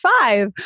five